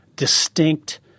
distinct